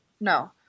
No